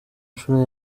nshuro